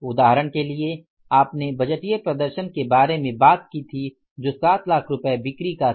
उदाहरण के लिए आपने बजटिय प्रदर्शन के बारे में बात की थी जो 7 लाख रुपये बिक्री का था